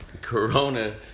Corona